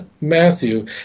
Matthew